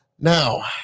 Now